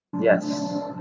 Yes